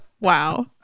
Wow